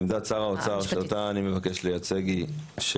עמדת שר האוצר שאותה אני מבקש לייצג היא,